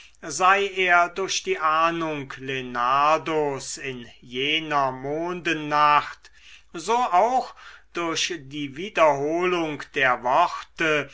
sei er durch die ahnung lenardos in jener mondennacht so auch durch die wiederholung der worte